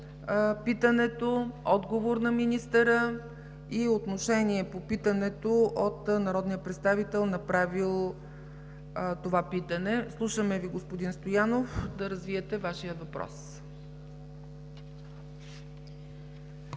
питането, отговор на министъра и изразяване на отношение по питането от народния представител, направил това питане. Слушаме Ви, господин Стоянов, да развиете Вашия въпрос.